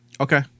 Okay